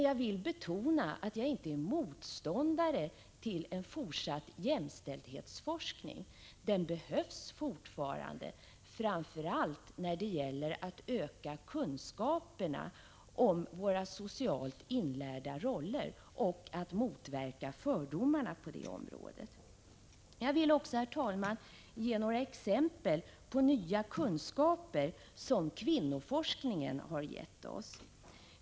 Jag vill betona att jag inte är motståndare till en fortsatt jämställdhetsforskning. Den behövs fortfarande, framför allt när det gäller att öka kunskaperna bakom våra socialt inlärda roller och att motverka fördomarna på det området. Jag vill också, herr talman, ge några exempel på nya kunskaper som kvinnoforskningen har gett oss.